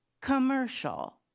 commercial